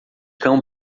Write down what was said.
cão